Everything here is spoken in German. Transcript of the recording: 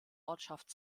ortschaft